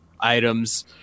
items